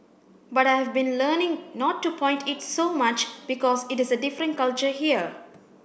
but I have been learning not to point it so much because it is a different culture here